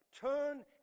Turn